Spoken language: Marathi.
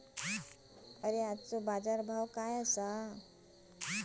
आजचो बाजार भाव काय आसा?